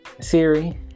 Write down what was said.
Siri